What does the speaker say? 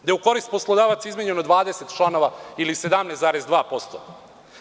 Da je u korist poslodavaca izmenjeno 20 članova ili 17,2%